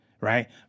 Right